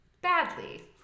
badly